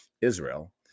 Israel